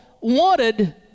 wanted